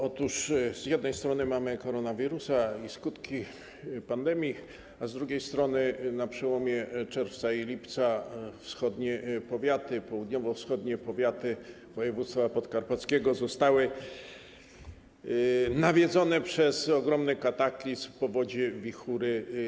Otóż z jednej strony mamy koronawirusa i skutki pandemii, a z drugiej strony na przełomie czerwca i lipca południowo-wschodnie powiaty województwa podkarpackiego zostały nawiedzone przez ogromny kataklizm: powodzie, wichury.